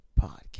Podcast